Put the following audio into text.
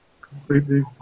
completely